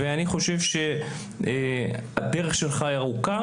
ואני חושב שהדרך שלך היא ארוכה